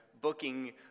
booking